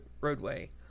roadway